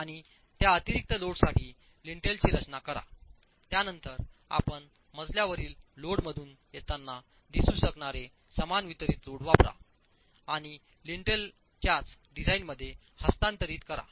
आणि त्या अतिरिक्त लोडसाठी लिंटेलची रचना करा त्यानंतर आपण मजल्यावरील लोडमधून येताना दिसू शकणारे समान वितरित लोड वापरा आणि लिंटलच्याच डिझाइनमध्ये हस्तांतरित करा